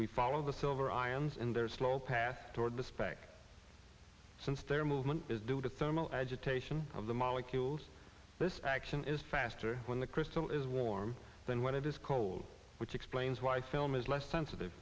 we follow the silver ions in their slow path toward the speck since their movement is due to thermal agitation of the molecules this action is faster when the crystal is warm than when it is cold which explains why film is less sensitive